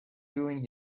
doing